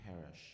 perish